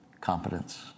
competence